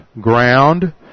ground